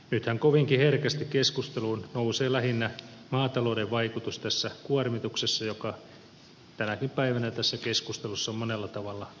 nythän kovinkin herkästi keskusteluun nousee lähinnä maatalouden vaikutus tässä kuormituksessa mikä tänäkin päivänä tässä keskustelussa on monella tavalla näkynyt